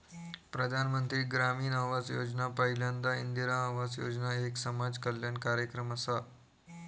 प्रधानमंत्री ग्रामीण आवास योजना पयल्यांदा इंदिरा आवास योजना एक समाज कल्याण कार्यक्रम असा